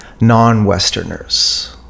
non-Westerners